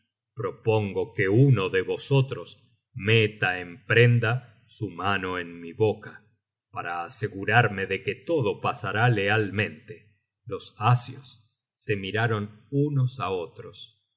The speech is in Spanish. propongo que uno de vosotros meta en prenda su mano en mi boca para asegurarme de que todo pasará lealmente los asios se miraron unos á otros